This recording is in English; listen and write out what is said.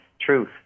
truth